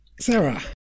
Sarah